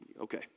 okay